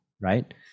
Right